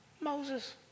Moses